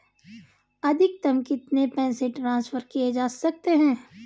अधिकतम कितने पैसे ट्रांसफर किये जा सकते हैं?